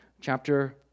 Chapter